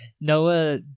Noah